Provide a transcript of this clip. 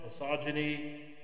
misogyny